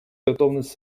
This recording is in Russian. готовность